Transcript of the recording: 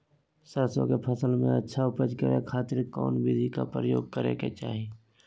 सरसों के फसल में अच्छा उपज करे खातिर कौन विधि के प्रयोग करे के चाही?